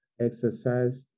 exercise